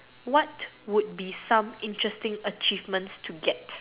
what would be some interesting achievements to get